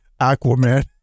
Aquaman